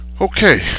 okay